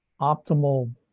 optimal